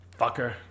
Fucker